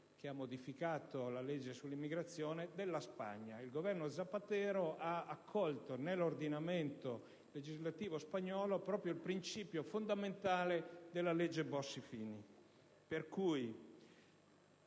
che ha modificato la legge sull'immigrazione della Spagna. Il governo Zapatero ha dunque accolto nell'ordinamento spagnolo proprio il principio fondamentale contenuto nella legge Bossi-Fini.